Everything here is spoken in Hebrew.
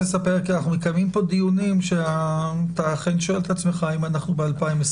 מקיימים פה דיונים שאתה שואל את עצמך אם אנחנו ב-2021.